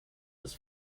was